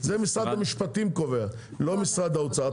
זה משרד המשפטים קובע לא משרד האוצר.